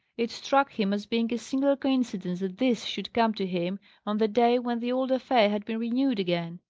it struck him as being a singular coincidence that this should come to him on the day when the old affair had been renewed again.